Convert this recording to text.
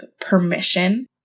permission